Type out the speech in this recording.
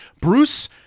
Bruce